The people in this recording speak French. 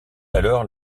alors